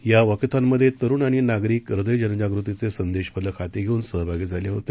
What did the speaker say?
या वॉकेथॉनमध्ये तरुण आणि नागरिक हृदय जनजागृतीचे संदेश फलक हाती घेऊन सहभागी झाले होते